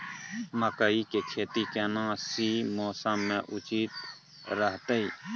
मकई के खेती केना सी मौसम मे उचित रहतय?